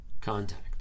contact